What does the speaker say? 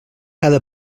cada